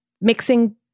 mixing